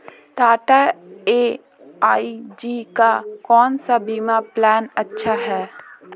Tata AIG का कौन सा बीमा प्लान अच्छा है?